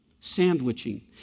sandwiching